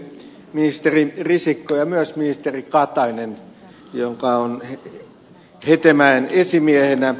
ministeri risikko ja myös ministeri katainen hetemäen esimiehenä